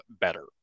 better